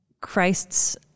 Christ's